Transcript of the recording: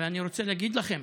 אבל אני רוצה להגיד לכם